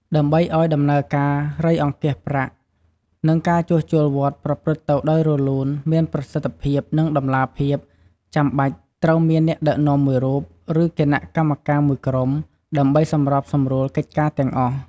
ដើម្បីឱ្យដំណើរការរៃអង្គាសប្រាក់ និងការជួសជុលវត្តប្រព្រឹត្តទៅដោយរលូន មានប្រសិទ្ធភាព និងតម្លាភាព ចាំបាច់ត្រូវមានអ្នកដឹកនាំមួយរូប ឬគណៈកម្មការមួយក្រុម ដើម្បីសម្របសម្រួលកិច្ចការទាំងអស់។